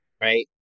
right